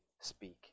speak